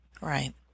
Right